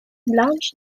blanche